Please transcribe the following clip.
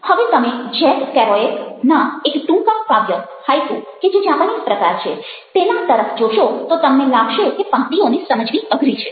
હવે તમે Jack Kerouac ના એક ટૂંકા કાવ્ય હાઈકુ કે જે જાપાનીઝ પ્રકાર છે તેના તરફ જોશો તો તમને લાગશે કે પંક્તિઓને સમજવી અઘરી છે